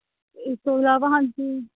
ਇਸ ਤੋਂ ਇਲਾਵਾ ਹਾਂਜੀ